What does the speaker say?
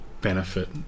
benefit